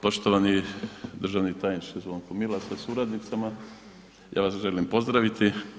Poštovani državni tajniče Zvonko Milas sa suradnicama, ja vas želim pozdraviti.